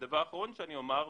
הדבר האחרון שאני אומר,